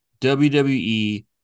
wwe